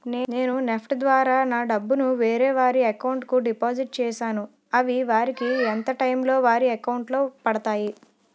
నేను నెఫ్ట్ ద్వారా నా డబ్బు ను వేరే వారి అకౌంట్ కు డిపాజిట్ చేశాను అవి వారికి ఎంత టైం లొ వారి అకౌంట్ లొ పడతాయి?